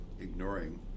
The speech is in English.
ignoring